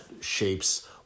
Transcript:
shapes